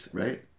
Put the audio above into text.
right